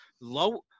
Low-